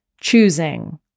choosing